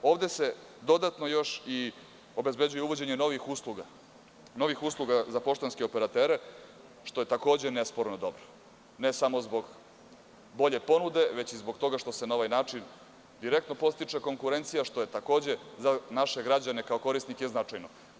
Ovde se dodatno obezbeđuje uvođenje novih usluga za poštanske operatere, što je takođe nesporno dobro, ne samo zbog bolje ponude, već zato što se na ovaj način direktno podstiče konkurencija, što je za naše građane kao korisnike značajno.